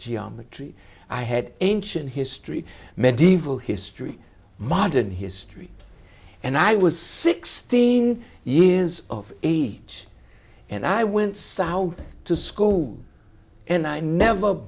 geometry i had ancient history medieval history modern history and i was sixteen years of age and i went south to school and i never